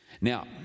Now